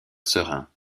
serein